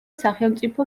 სახელმწიფო